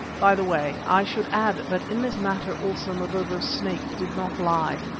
by the way, i should add that in this matter also mavovo's snake did not lie.